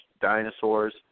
dinosaurs